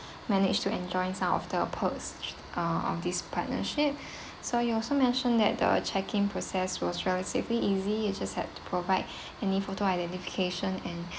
managed to enjoying some of the post ah on this partnership so you also mentioned that the check in process was relatively easy you just had to provide any photo identification and